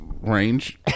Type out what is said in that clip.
range